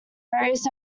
various